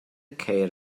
ceir